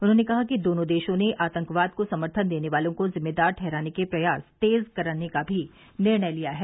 उन्होंने कहा कि दोनों देशों ने आतंकवाद को समर्थन देने वालों को जिम्मेदार ठहराने के प्रयास तेज करने का भी निर्णय लिया है